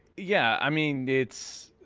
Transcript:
yeah, i mean it's.